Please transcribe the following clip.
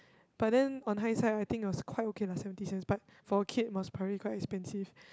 but then on hindsight right I think it's quite okay lah for seventy cents but for kid is probably quite expensive